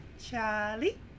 Charlie